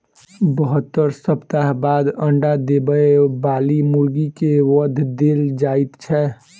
बहत्तर सप्ताह बाद अंडा देबय बाली मुर्गी के वध देल जाइत छै